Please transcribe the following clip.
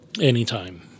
anytime